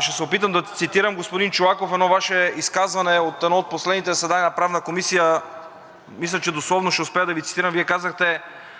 Ще се опитам да цитирам, господин Чолаков, едно Ваше изказване от едно от последните заседания на Правната комисия. Мисля, че дословно ще успея да Ви цитирам, Вие казахте: